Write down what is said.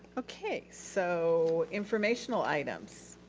okay, so information ah items.